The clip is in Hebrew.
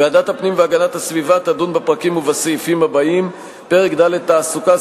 ועדת הפנים והגנת הסביבה תדון בפרקים ובסעיפים הבאים: פרק ד' תעסוקה,